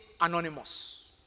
anonymous